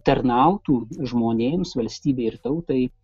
tarnautų žmonėms valstybei ir tautai